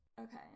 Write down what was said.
Okay